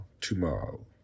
tomorrow